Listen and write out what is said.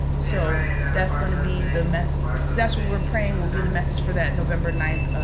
so that's going to be the message. that's what we're praying will be the message for that november ninth